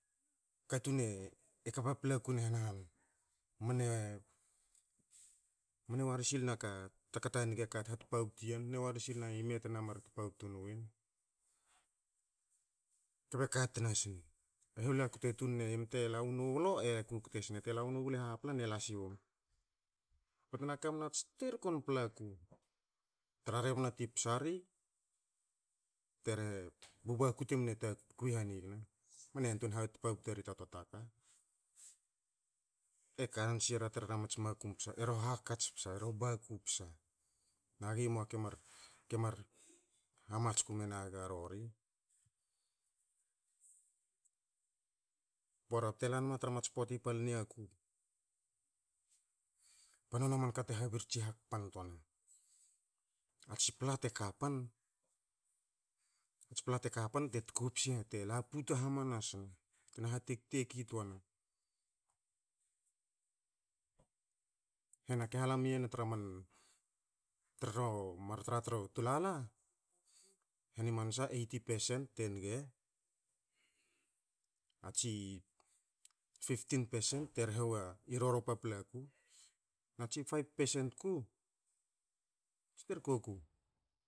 A katun e ka paplaku ni henahan. Mne- mne wari sil na ta ka ta nge ka hatpabtu i yen. Mne wari sil ni me temar na tpabtu nu en, kbe ka tna sne. E hula kukte tun ne i me te la nu wlo, e kukte sne, te la si nu wlo i hapla, te la siwen. Ba te na ka na tsi terko tsi pla ku. Tra rebna ti psa ri te re, ba baku te mne ta, kwi hanigna, mne yantwein yantwein hatpbtu eri ta twa ta ka. E kan sira tre ro makum psa, e ro hakats psa e ro baku psa. Nagi moa ki mar- ki mar hamatsku menaga rori. Bora te lanma tra mats poati niaku, ba nona man ka te habirtsi hakpan twana. A tsi pla te kapan, a tsi pla te kapan te tkopsi te la puta hamanasna, tena hatekteki twana. Hena ki hala mi yen tra man tre ro man tratra tru tolala heni mansa eighty percent te nga, a tsi fifteen percent te rhe wa i roro paplaku, na tsi five percent ku, a tsi terko ku